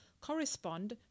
correspond